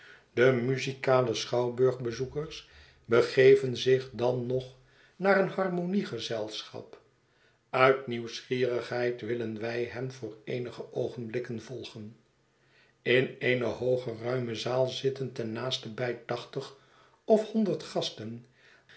de muzikale schouwburgbezoekers begeven zich dan nog naar een harmoniegezelschap uit nieuwsgierigheid willen wij hen voor eenige oogenblikken volgen in eene hooge ruime zaal zitten ten naastenbij tachtig of honderd gasten